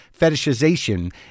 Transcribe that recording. fetishization